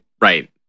Right